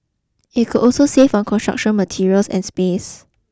it could also save on construction materials and space